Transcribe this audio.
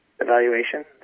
Evaluation